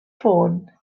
ffôn